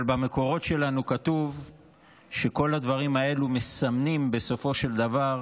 אבל במקורות שלנו כתוב שכל הדברים האלה מסמנים בסופו של דבר